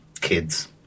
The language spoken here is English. kids